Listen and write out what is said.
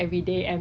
missing